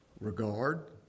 Regard